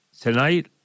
tonight